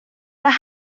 that